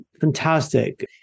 fantastic